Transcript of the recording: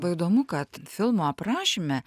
bai įdomu kad filmo aprašyme